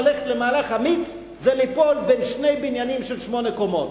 ללכת למהלך אמיץ זה ליפול בין שני בניינים של שמונה קומות.